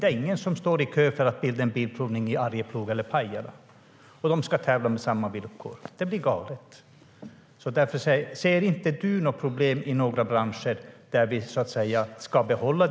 Det är ingen som står i kö för att bilda en bilprovning i Arjeplog eller Pajala, och de ska tävla på samma villkor. Det blir galet. Ser du inte något problem i några branscher som vi ska behålla i statlig ägo?